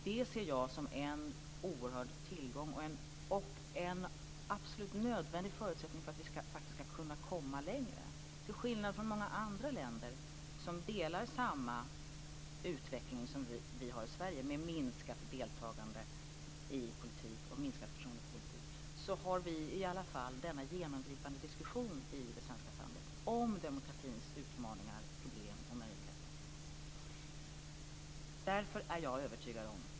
Det ser jag som en oerhörd tillgång och en absolut nödvändig förutsättning för att vi ska komma längre. Till skillnad från i många andra länder som delar samma utveckling som vi har i Sverige med minskat deltagande i politik och minskat förtroende för politik har vi i varje fall en genomgripande diskussion i det svenska samhället om demokratins utmaningar, problem och möjligheter.